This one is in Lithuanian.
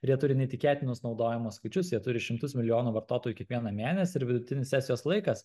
ir jie turi neįtikėtinus naudojimo skaičius jie turi šimtus milijonų vartotojų kiekvieną mėnesį ir vidutinis sesijos laikas